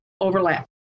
overlap